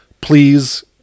please